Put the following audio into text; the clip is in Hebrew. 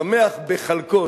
השמח בחַלקו,